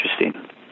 interesting